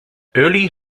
early